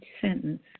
sentence